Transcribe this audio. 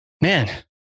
man